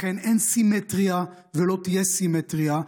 לכן אין סימטריה ולא תהיה סימטריה,